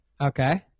Okay